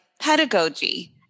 pedagogy